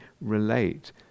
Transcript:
relate